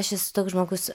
aš esu toks žmogus